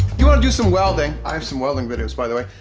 you wanna do some welding. i have some welding videos by the way.